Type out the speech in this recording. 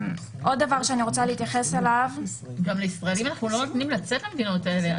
גם לישראלים אנחנו לא נותנים לצאת למדינות האלה,